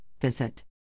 visit